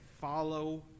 follow